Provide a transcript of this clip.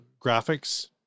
graphics